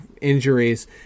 injuries